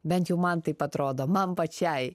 bent jau man taip atrodo man pačiai